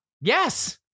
Yes